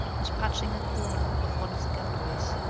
was patching a corner of one of the galleries.